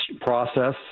process